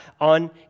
on